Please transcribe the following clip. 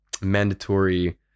mandatory